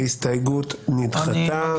ההסתייגות נדחתה.